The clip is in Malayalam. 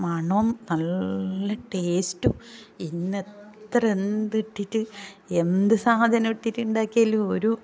മണവും നല്ല ടേസ്റ്റും ഇന്നിത്ര എന്ത് ഇട്ടിട്ടും എന്ത് സാധനം ഇട്ടിട്ട് ഉണ്ടാക്കിയാലും ഒരു